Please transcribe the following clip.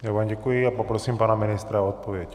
Já vám děkuji a poprosím pana ministra o odpověď.